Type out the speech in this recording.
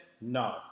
No